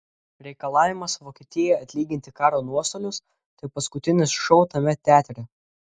reikalavimas vokietijai atlyginti karo nuostolius tai paskutinis šou tame teatre